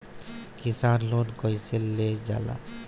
किसान लोन कईसे लेल जाला?